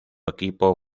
equipo